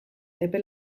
epe